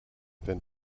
wenn